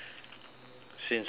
since the morning